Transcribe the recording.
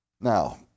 Now